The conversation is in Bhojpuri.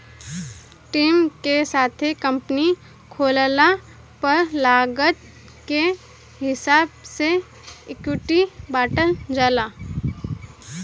टीम के साथे कंपनी खोलला पर लागत के हिसाब से इक्विटी बॉटल जाला